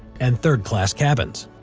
and third class cabins.